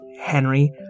Henry